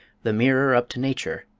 the mirror up to nature,